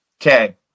okay